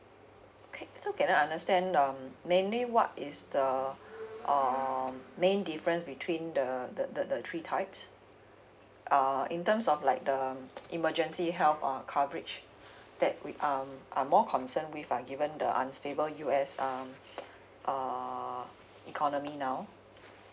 okay so can I understand um mainly what is the um main difference between the the the the three types uh in terms of like the emergency help of coverage that with um I'm more concerned with are given the unstable U_S um uh economy now